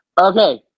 Okay